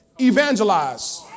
evangelize